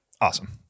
Awesome